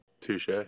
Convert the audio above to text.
Touche